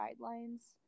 guidelines